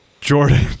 Jordan